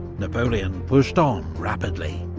napoleon pushed on rapidly.